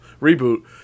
Reboot